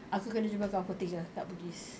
aku kena jumpa kau pukul tiga kat bugis